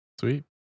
sweet